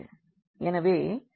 எனவே 0 0